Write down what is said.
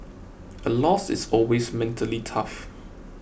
a loss is always mentally tough